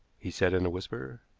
he said in a whisper.